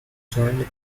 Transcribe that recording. joined